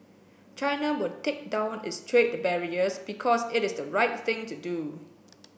China will take down its trade barriers because it is the right thing to do